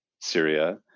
Syria